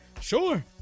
sure